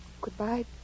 Goodbye